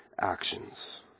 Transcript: actions